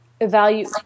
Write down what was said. Evaluate